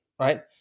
right